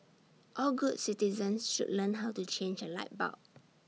all good citizens should learn how to change A light bulb